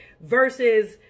Versus